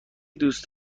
دوست